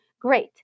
great